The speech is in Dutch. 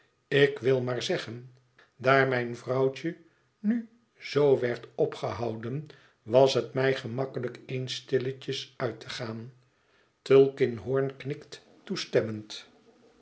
ik wil maar zeggen daar mijn vrouwtje nu zoo werd opgehouden was het mij gemakkelijk eens stilletjes uit te gaan tulkinghorn knikt toestemmend